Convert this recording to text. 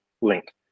link